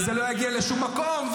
וזה לא יגיע לשום מקום,